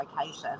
location